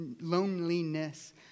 loneliness